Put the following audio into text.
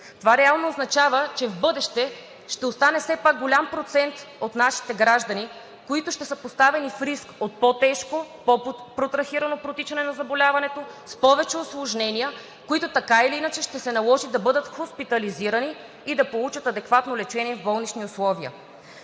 Това реално означава, че в бъдеще ще остане все пак голям процент от нашите граждани, които ще са поставени в риск от по-тежко, пό протрахирано протичане на заболяването, с повече усложнения, които така или иначе ще се наложи да бъдат хоспитализирани и да получат адекватно лечение в болнични условия.